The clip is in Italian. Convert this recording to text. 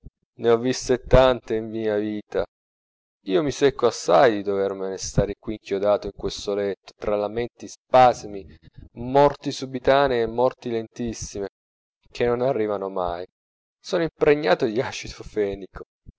ne ho viste tante in mia vita io mi secco assai di dovermene stare qui inchiodato in questo letto tra lamenti spasimi morti subitanee e morti lentissime che non arrivano mai sono impregnato di acido fenico